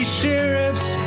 sheriffs